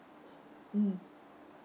mm